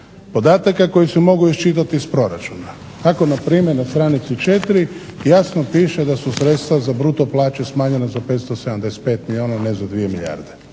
podataka koji se mogu iščitati iz proračuna. Tako npr. Na str. 4 jasno piše da su sredstva za bruto plaće smanjena za 575 milijuna, ne za 2 milijarde,